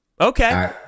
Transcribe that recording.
Okay